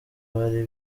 bari